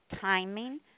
timing